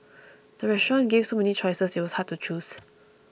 the restaurant gave so many choices that it was hard to choose